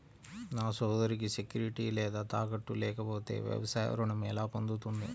నా సోదరికి సెక్యూరిటీ లేదా తాకట్టు లేకపోతే వ్యవసాయ రుణం ఎలా పొందుతుంది?